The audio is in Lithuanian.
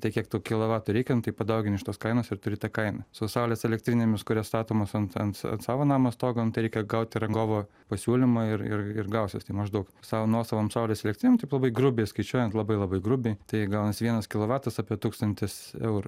tiek kiek tų kilovatų reikia nu tai padauginti iš tos kainos ir turi tą kainą su saulės elektrinėmis kurios statomos ant ant savo namo stogo nu tai reikia gauti rangovo pasiūlymą ir ir ir gausis tai maždaug savo nuosavoms saulės elektrinėm taip labai grubiai skaičiuojant labai labai grubiai tai gaunasi vienas kilovatas apie tūkstantis eurų